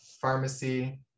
Pharmacy